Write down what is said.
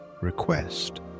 request